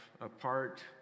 apart